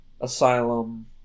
asylum